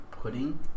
Pudding